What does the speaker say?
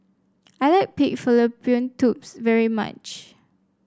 I like Pig Fallopian Tubes very much